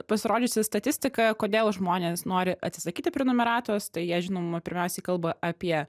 pasirodžiusi statistika kodėl žmonės nori atsisakyti prenumeratos tai jie žinoma pirmiausiai kalba apie